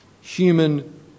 human